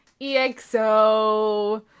EXO